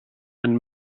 and